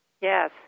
Yes